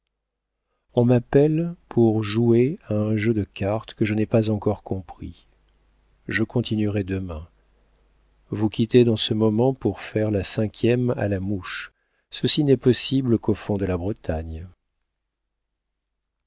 on m'appelle pour jouer à un jeu de cartes que je n'ai pas encore compris je continuerai demain vous quitter dans ce moment pour faire la cinquième à la mouche ceci n'est possible qu'au fond de la bretagne